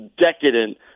Decadent